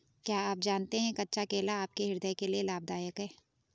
क्या आप जानते है कच्चा केला आपके हृदय के लिए लाभदायक है?